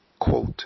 quote